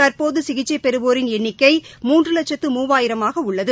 தற்போது சிகிச்சை பெறுவோரின் எண்ணிக்கை மூன்று வட்சத்து மூவாயிரமாக உள்ளது